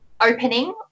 opening